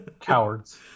cowards